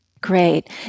Great